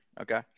Okay